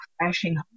crashing